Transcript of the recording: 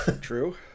True